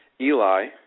Eli